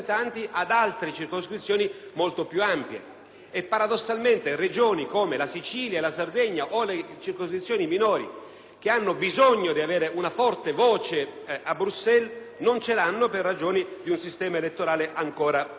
Paradossalmente, Regioni come la Sicilia e la Sardegna o le circoscrizioni minori, che avrebbero bisogno di avere una forte voce a Bruxelles, non ce l'hanno a causa di un sistema elettorale che, da questo punto di vista,